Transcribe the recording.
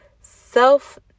self